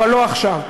לא עכשיו.